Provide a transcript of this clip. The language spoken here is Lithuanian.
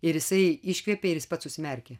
ir jisai iškvėpė ir jis pats užsimerkė